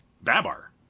Babar